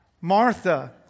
Martha